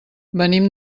venim